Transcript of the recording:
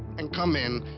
and come in.